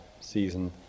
season